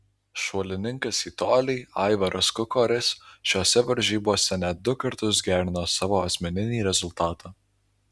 šuolininkas į tolį aivaras kukoris šiose varžybose net du kartus gerino savo asmeninį rezultatą